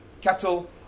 cattle